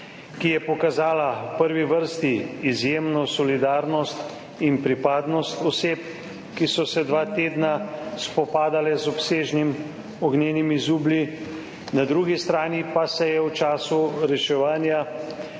ki je v prvi vrsti pokazala izjemno solidarnost in pripadnost oseb, ki so se dva tedna spopadale z obsežnimi ognjenimi zublji, na drugi strani pa se je v času reševanja